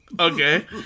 okay